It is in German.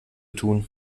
tun